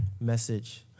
message